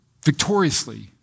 victoriously